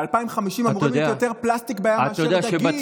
אמור להיות יותר פלסטיק בים מאשר דגים.